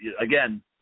Again